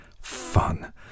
fun